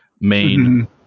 main